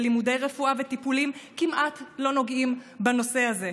בלימודי רפואה וטיפולים כמעט לא נוגעים בנושא הזה.